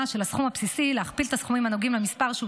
"הסכום הבסיסי" ולהכפיל את הסכומים הנוגעים למפר שהוא